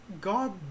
God